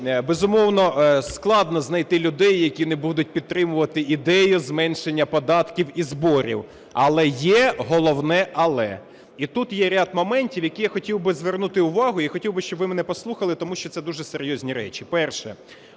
Безумовно, складно зайти людей, які не будуть підтримувати ідею зменшення податків і зборів. Але є головне "але". І тут є ряд моментів, на які я хотів би звернути увагу і хотів би, щоб ви мене послухали, тому що це дуже серйозні речі. Перше.